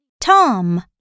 tom